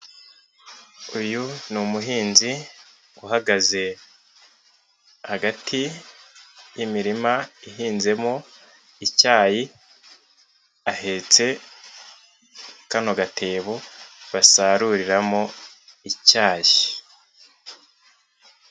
Uyu ni umuhinzi uhagaze hagati y'imirima ihinzemo icyayi, ahetse kano gatebo basaruriramo icyayi.